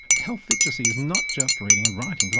health literacy is not just reading and writing,